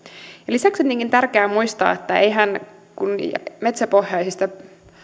lisäksi onkin tärkeää muistaa että kun metsäpohjaisista